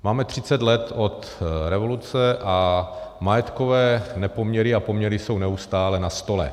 Máme třicet let od revoluce a majetkové nepoměry a poměry jsou neustále na stole.